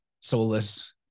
soulless